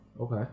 Okay